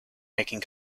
making